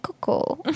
Coco